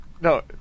No